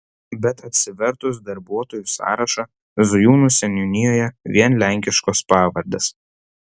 bet atsivertus darbuotojų sąrašą zujūnų seniūnijoje vien lenkiškos pavardes